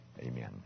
amen